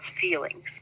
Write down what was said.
feelings